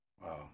Wow